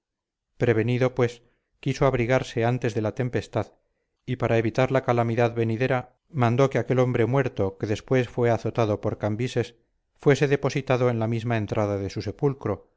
prevenido pues quiso abrigarse antes de la tempestad y para evitar la calamidad venidera mandó que aquel hombre muerto que después fue azotado por cambises fuese depositado en la misma entrada de su sepulcro